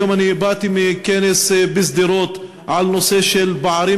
היום באתי מכנס בשדרות בנושא של פערים